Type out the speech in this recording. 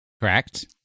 correct